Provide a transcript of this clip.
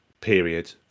period